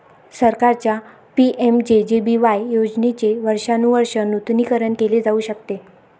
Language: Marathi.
सरकारच्या पि.एम.जे.जे.बी.वाय योजनेचे वर्षानुवर्षे नूतनीकरण केले जाऊ शकते